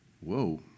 Whoa